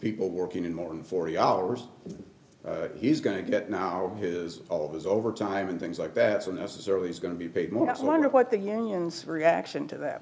people working in more than forty hours he's going to get now his of his overtime and things like that so necessarily he's going to be paid more that's one of what the unions reaction to that